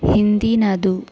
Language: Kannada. ಹಿಂದಿನದು